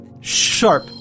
Sharp